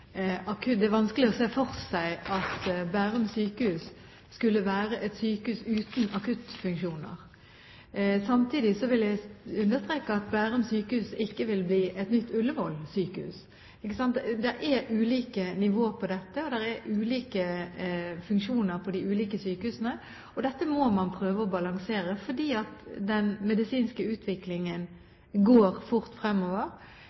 Bærum sykehus skulle være et sykehus uten akuttfunksjoner. Samtidig vil jeg understreke at Bærum sykehus ikke vil bli et nytt Ullevål sykehus. Det er ulike nivåer på dette. Det er ulike funksjoner på de ulike sykehusene. Dette må man prøve å balansere, fordi den medisinske utviklingen går generelt fort fremover